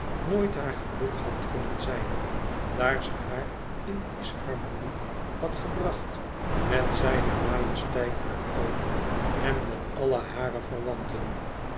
nooit haar geluk had kunnen zijn daar ze haar in disharmonie had gebracht met zijne majesteit haar oom en met alle hare verwanten